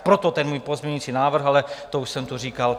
Proto ten můj pozměňující návrh, ale to už jsem říkal.